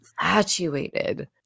infatuated